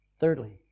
Thirdly